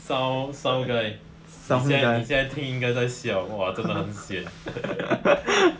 sound sound guy 你现你现听应该在笑 !wah! 真的很 sian